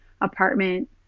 apartment